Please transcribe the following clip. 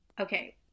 okay